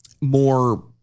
more